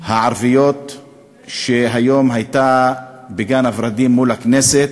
הערביות שהייתה היום בגן-הוורדים מול הכנסת,